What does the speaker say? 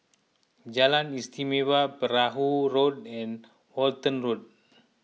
Jalan Istimewa Perahu Road and Walton Road